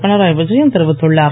பினரயி விஜயன் தெரிவித்துள்ளார்